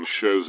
shows